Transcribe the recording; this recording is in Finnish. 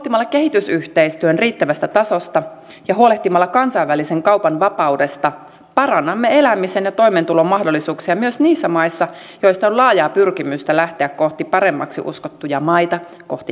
huolehtimalla kehitysyhteistyön riittävästä tasosta ja kansainvälisen kaupan vapaudesta parannamme elämisen ja toimeentulon mahdollisuuksia myös niissä maissa joista on laajaa pyrkimystä lähteä kohti paremmaksi uskottuja maita kohti eurooppaa